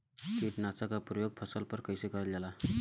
कीटनाशक क प्रयोग फसल पर कइसे करल जाला?